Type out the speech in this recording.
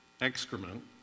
excrement